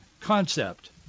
concept